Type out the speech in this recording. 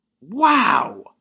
Wow